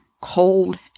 cold